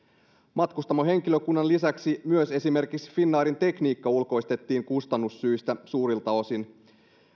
matkustamohenkilökunnan lisäksi myös esimerkiksi finnairin tekniikka ulkoistettiin kustannussyistä suurilta osin